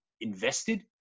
invested